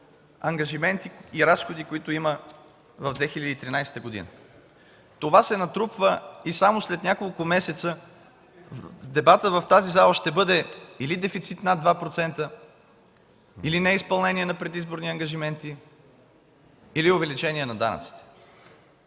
ангажименти и разходи, които има в 2013 г. Това се натрупва и само след няколко месеца дебатът в тази зала ще бъде или дефицит над 2%, или неизпълнение на предизборни ангажименти, или увеличение на данъците.